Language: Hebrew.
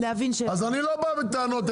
אני לא בא אליכם בטענות,